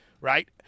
right